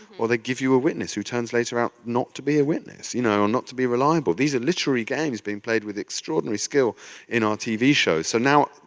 or they give you a witness who turns later out not to be a witness, or you know not to be reliable. these are literally games being played with extraordinary skill in our tv show. so now,